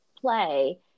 play